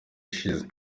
ishize